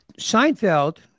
Seinfeld